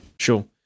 Sure